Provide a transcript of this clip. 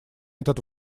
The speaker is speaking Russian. этот